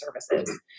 services